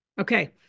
Okay